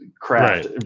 craft